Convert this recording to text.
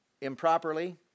improperly